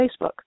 Facebook